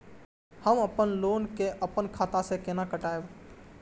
हम अपन लोन के अपन खाता से केना कटायब?